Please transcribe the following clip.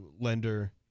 lender